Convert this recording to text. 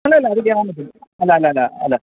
അല്ല അല്ല അത് യ്യാന് പറ്റും അല്ല അല്ല അല്ല